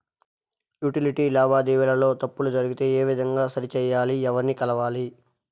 Utility లావాదేవీల లో తప్పులు జరిగితే ఏ విధంగా సరిచెయ్యాలి? ఎవర్ని కలవాలి?